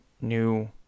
new